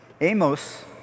Amos